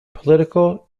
political